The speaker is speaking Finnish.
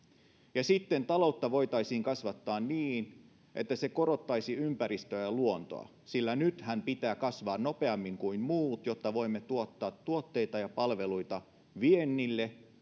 ja sitten taloutta voitaisiin kasvattaa niin että se rokottaisi ympäristöä ja luontoa sillä nythän pitää kasvaa nopeammin kuin muut jotta voimme tuottaa tuotteita ja palveluita viennille